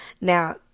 Now